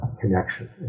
connection